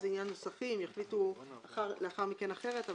זה עניין נוסחי, אולי יחליטו לאחר מכן אחרת.